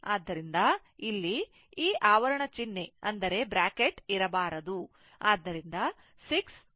ಆದ್ದರಿಂದ ಇಲ್ಲಿ ಈ ಆವರಣ ಚಿಹ್ನೆ ಇರಬಾರದು